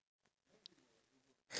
shobabu